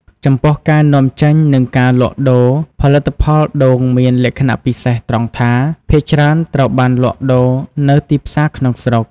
ចំពោះការនាំចេញ និងការលក់ដូរ ផលិតផលដូងមានលក្ខណៈពិសេសត្រង់ថា ភាគច្រើនត្រូវបានលក់ដូរនៅទីផ្សារក្នុងស្រុក។